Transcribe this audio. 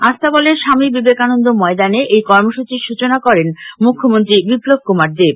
আস্তাবলের স্বামী বিবেকানন্দ ময়দানে এই কর্মসূচীর সূচনা করেন মুখ্যমন্ত্রী বিপ্লব কুমার দেব